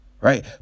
right